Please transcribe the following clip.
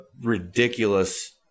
ridiculous